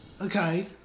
Okay